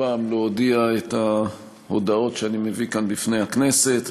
הפעם להודיע את ההודעות שאני מביא כאן בפני הכנסת.